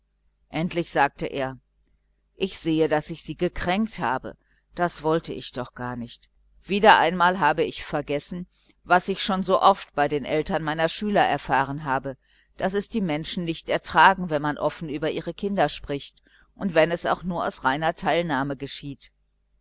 endlich sagte er ich sehe daß ich sie gekränkt habe das wollte ich doch gar nicht wieder einmal habe ich vergessen was ich schon so oft bei den eltern meiner schüler erfahren habe daß es die menschen nicht ertragen wenn man offen über ihre kinder spricht und wenn es auch aus der reinsten teilnahme geschieht